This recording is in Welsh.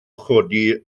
chodi